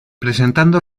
presentando